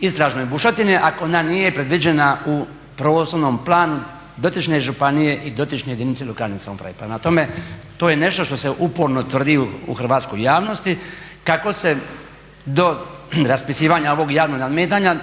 istražnoj bušotini ako ona nije predviđena u prostornom planu dotične županije i dotične jedinice lokalne samouprave. Prema tome, to je nešto što se uporno tvrdi u hrvatskoj javnosti kako se do raspisivanja ovog javnog nadmetanja